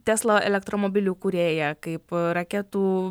tesla elektromobilių kūrėją kaip raketų